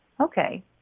Okay